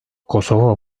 kosova